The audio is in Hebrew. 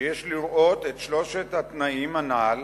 שיש לראות את שלושת התנאים הנ"ל